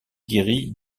guérie